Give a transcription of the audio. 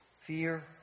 fear